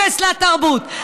אפס לתרבות.